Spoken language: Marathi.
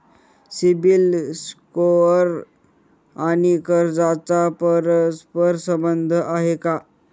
सिबिल स्कोअर आणि कर्जाचा परस्पर संबंध आहे का?